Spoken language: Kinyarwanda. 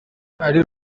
ari